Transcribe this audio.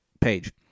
page